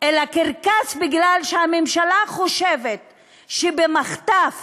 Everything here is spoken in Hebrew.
אלא בגלל שהממשלה חושבת שבמחטף